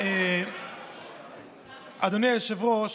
אדוני היושב-ראש,